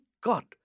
God